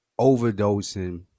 overdosing